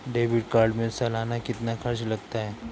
Debit card में सालाना कितना खर्च लगता है?